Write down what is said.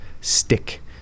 stick